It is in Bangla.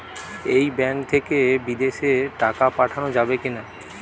এই ব্যাঙ্ক থেকে বিদেশে টাকা পাঠানো যাবে কিনা?